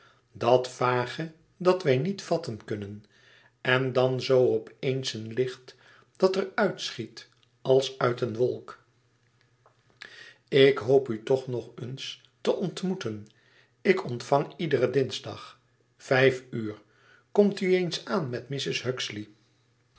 dat vage dat wij niet vatten kunnen en dan zoo op eens een licht dat er uit schiet als uit een wolk ik hoop u toch nog eens te ontmoeten ik ontvang iederen dinsdag vijf uur komt u eens aan met